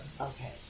Okay